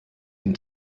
den